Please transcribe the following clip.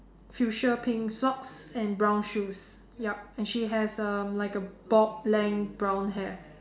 fuchsia pink socks and brown shoes yup and she has um like a bob length brown hair